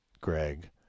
greg